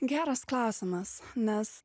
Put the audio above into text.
geras klausimas nes